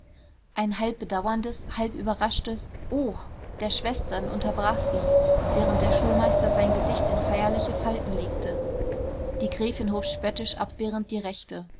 ein halb bedauerndes halb überraschtes oh der schwestern unterbrach sie während der schulmeister sein gesicht in feierliche falten legte die gräfin hob spöttisch abwehrend die rechte